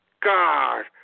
God